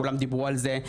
כולם דיברו על זה.